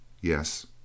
Yes